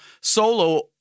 solo